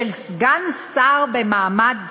של סגן שר במעמד שר,